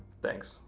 thanks.